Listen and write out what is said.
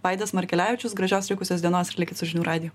vaidas markelevičius gražios likusios dienos ir likit su žinių radiju